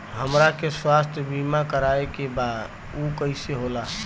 हमरा के स्वास्थ्य बीमा कराए के बा उ कईसे होला?